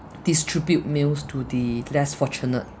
distribute meals to the less fortunate